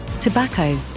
tobacco